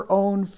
own